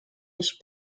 ich